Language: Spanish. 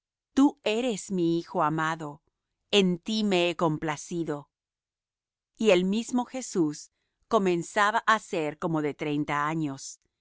tú eres mi hijo amado en ti me he complacido y el mismo jesús comenzaba á ser como de treinta años